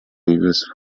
reviews